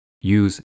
Use